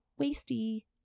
wasty